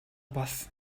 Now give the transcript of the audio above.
бас